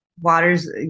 Water's